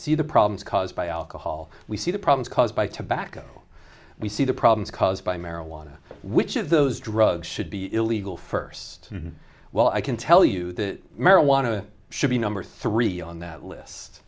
see the problems caused by alcohol we see the problems caused by tobacco we see the problems caused by marijuana which of those drugs should be illegal first while i can tell you that marijuana should be number three on that list